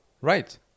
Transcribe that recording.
right